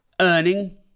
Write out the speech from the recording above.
earning